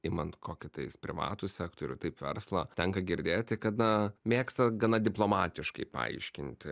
imant kokį tais privatų sektorių taip verslą tenka girdėti kad na mėgsta gana diplomatiškai paaiškinti